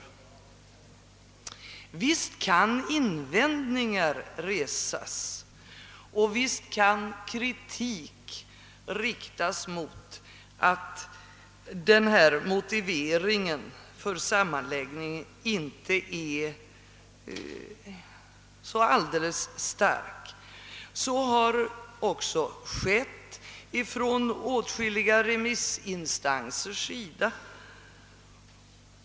Visst kan invändningar resas och visst kan kritik riktas mot att denna motivering för sammanläggningen inte är så alldeles stark. Så har också gjorts av åtskilliga remissinstanser.